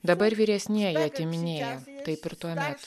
dabar vyresnieji atiminėja taip ir tuomet